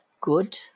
good